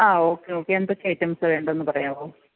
ആഹ് okay okay എന്തൊക്കെ ഐറ്റംസാണ് വേണ്ടതെന്ന് പറയാമോ